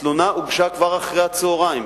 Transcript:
התלונה הוגשה כבר אחר-הצהריים.